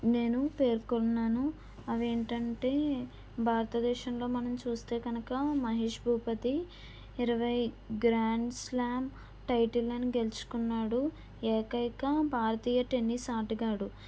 నేను పేర్కొన్నాను అవేంటంటే భారతదేశంలో మనం చూస్తే కనుక మహేష్ భూపతి ఇరవై గ్రాండ్స్ స్లామ్ టైటిల్ లను గెలుచుకున్నాడు ఏకైక భారతీయ టెన్నిస్ ఆటగాడు